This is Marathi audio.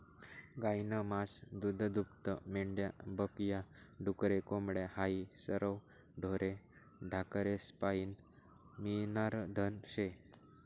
गायनं मास, दूधदूभतं, मेंढ्या बक या, डुकरे, कोंबड्या हायी सरवं ढोरे ढाकरेस्पाईन मियनारं धन शे